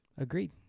Agreed